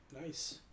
nice